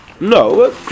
No